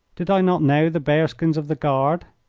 did i not know the bearskins of the guard?